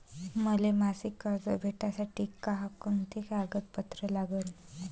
मले मासिक कर्ज भेटासाठी का कुंते कागदपत्र लागन?